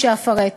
כפי שאפרט.